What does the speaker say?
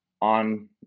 on